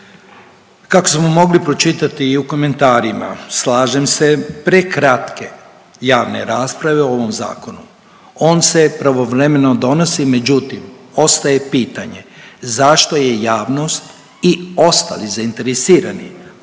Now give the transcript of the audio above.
Kako smo mogli pročitati i u komentarima, slažem se prekratke javne rasprave o ovom zakonu. On se pravovremeno donosi, međutim, ostaje pitanje zašto je javnost i ostali zainteresirani akteri